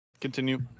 Continue